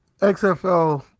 XFL